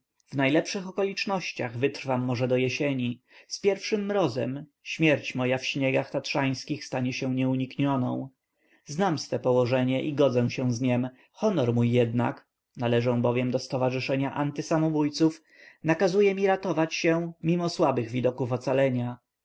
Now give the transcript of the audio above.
najlepszych okolicznościach wytrwam może do jesieni z pierwszym mrozem śmierć moja w śniegach tatrzańskich stanie się nieuniknioną znam swe położenie i godzę się z niem honor jednak mój należę bowiem do stowarzyszenia antisamobójców nakazuje mi ratować się mimo słabych widoków ocalenia